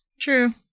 True